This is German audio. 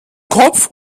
kopf